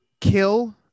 kill